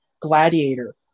Gladiator